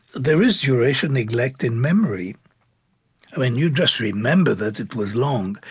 there is duration neglect in memory when you just remember that it was long,